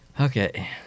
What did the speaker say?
Okay